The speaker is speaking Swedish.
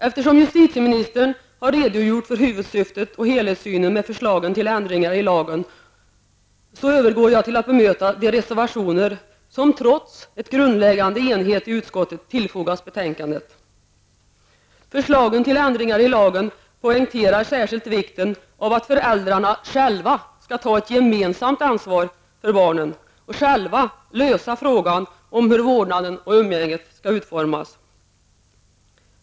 Eftersom justitieministern har redogjort för huvudsyftet och helhetssynen i förslagen till ändringar i lagen, övergår jag till att bemöta de reservationer som, trots en grundläggande enighet i utskottet, tillfogats betänkandet. Förslagen till ändringar i lagen poängterar särskilt vikten av att föräldrarna själva skall ta ett gemensamt ansvar för barnen och själva lösa frågan om hur vårdnaden och umgänget skall utformas.